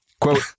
Quote